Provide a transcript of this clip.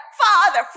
Father